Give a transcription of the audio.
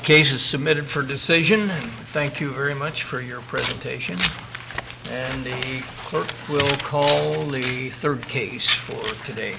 case is submitted for decision thank you very much for your presentation and they will only be third case for today